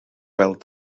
weld